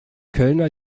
kölner